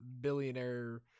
billionaire